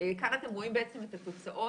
כאן אתם רואים בעצם את התוצאות,